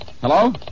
Hello